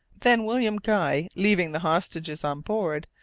then william guy, leaving the hostages on board,